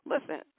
Listen